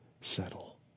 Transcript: settle